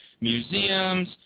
museums